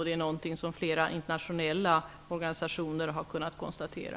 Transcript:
Det har flera internationella organisationer kunnat konstatera.